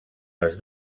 les